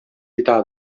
巨大